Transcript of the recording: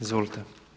Izvolite.